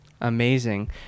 Amazing